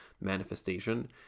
manifestation